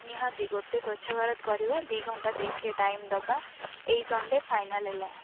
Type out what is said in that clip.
ନିହାତି ଗୋଟେ ସ୍ୱଚ୍ଛ ଭାରତ କରିବା ଦୁଇ ଘଣ୍ଟା ସେଇଥିରେ ଟାଇମ୍ ଦେବା ଏହି ସନ୍ଡେ ଫାଇନାଲ୍ ହେଲା